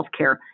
healthcare